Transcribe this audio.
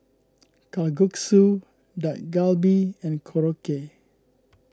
Kalguksu Dak Galbi and Korokke